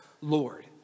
Lord